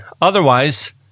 Otherwise